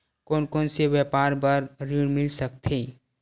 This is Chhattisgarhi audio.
कोन कोन से व्यवसाय बर ऋण मिल सकथे?